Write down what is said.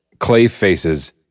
Clayface's